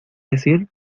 decir